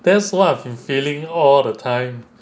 that's what I've been feeling all the time